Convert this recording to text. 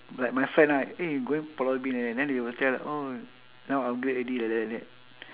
like my friend ah eh going pulau ubin eh then they will tell oh now upgrade already like that like that